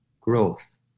growth